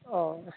अ